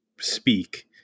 speak